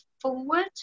forward